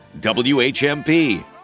WHMP